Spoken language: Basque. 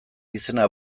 izena